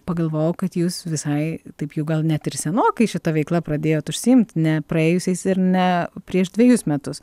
pagalvojau kad jūs visai taip jau gal net ir senokai šita veikla pradėjot užsiimt ne praėjusiais ir ne prieš dvejus metus